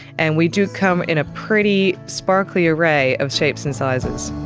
and we do come in a pretty sparkly array of shapes and sizes.